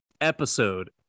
episode